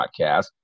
podcast